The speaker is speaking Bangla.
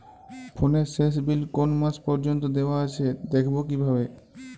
ফোনের শেষ বিল কোন মাস পর্যন্ত দেওয়া আছে দেখবো কিভাবে?